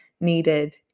needed